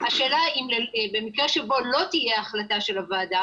השאלה במקרה שלא תהיה החלטה של הוועדה